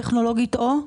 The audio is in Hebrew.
טכנולוגית או?